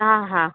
હા હા